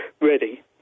ready